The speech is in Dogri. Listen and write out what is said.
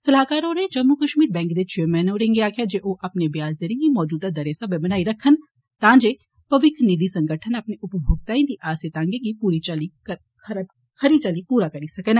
सलाहकार होरें जम्मू कष्मीर बैंक दे चेयरमैन होरे गी आक्खेआ जे ओ अपने ब्याज दर गी मौजूदा दर स्हाबे बनाई रक्खन ता जे भविक्ख निधि संगठन अपने उपभोक्ताएं दी आसें तागें गी पूरी चाल्ली पूरा करी सकन